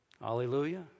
Hallelujah